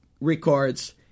records